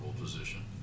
position